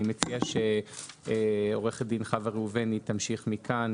אני מציע שעורכת הדין חוה ראובני תמשיך מכאן,